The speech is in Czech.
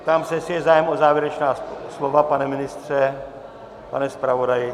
Ptám se, jestli je zájem o závěrečná slova pane ministře, pane zpravodaji?